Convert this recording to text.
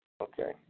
Okay